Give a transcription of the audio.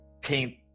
paint